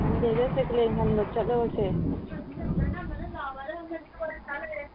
ꯁꯟꯗꯦꯗ ꯁꯦꯀꯦꯟꯍꯟ ꯈꯟꯕ ꯆꯠꯂꯨꯔꯁꯦ